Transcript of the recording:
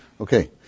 Okay